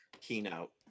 keynote